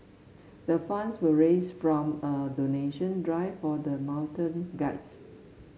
the funds were raised from a donation drive for the mountain guides